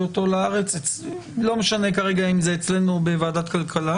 אותו לארץ לא משנה כרגע אם זה אצלנו בוועדת הכלכלה